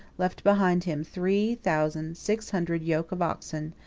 left behind him three thousand six hundred yoke of oxen,